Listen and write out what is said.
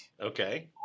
Okay